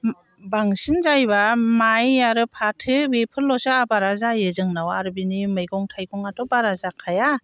बांसिन जायोबा माइ आरो फाथो बेफोरल'सो आबादा जायो जोंनाव आरो बेनि मैगं थाइगङाथ' बारा जाखाया